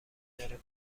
اجاره